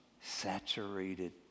saturated